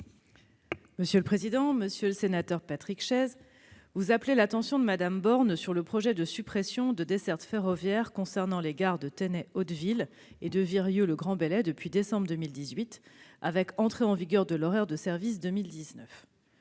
la secrétaire d'État. Monsieur le sénateur Patrick Chaize, vous appelez l'attention de Mme Borne sur le projet de suppression de dessertes ferroviaires concernant les gares de Tenay-Hauteville et de Virieu-le-Grand - Belley depuis décembre 2018, avec l'entrée en vigueur de l'horaire de service 2019.